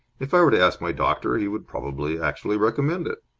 if i were to ask my doctor, he would probably actually recommend it.